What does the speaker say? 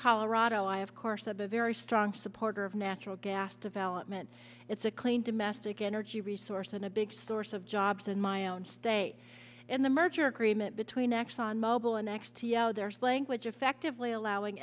colorado i of course a very strong supporter of natural gas development it's a clean domestic energy resource and a big source of jobs in my own state and the merger agreement between exxon mobil and next language effectively allowing